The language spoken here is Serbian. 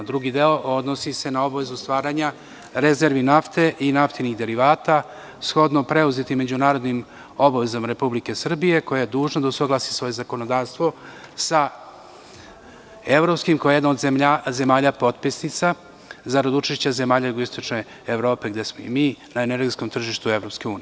Drugi deo odnosi se na obavezu stvaranja rezervi nafte i naftinih derivata, shodno preuzetim međunarodnim obavezama Republike Srbije koja je dužna da usaglasi svoje zakonodavstvo sa evropskim, koja je jedna od zemalja potpisnica, zarad učešća zemalja Jugoistočne Evrope, gde smo i mi, na energetskom tržištu EU.